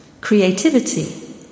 creativity